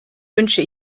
wünsche